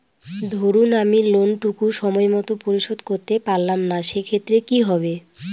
ধরুন আমি লোন টুকু সময় মত পরিশোধ করতে পারলাম না সেক্ষেত্রে কি হবে?